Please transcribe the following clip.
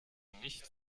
nicht